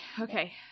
okay